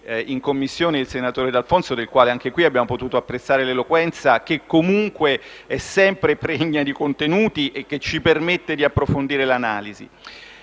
in Commissione finanze il senatore D'Alfonso, del quale anche in questa sede abbiamo potuto apprezzare l'eloquenza, che comunque è sempre pregna di contenuti e ci permette di approfondire l'analisi.